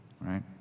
right